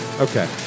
Okay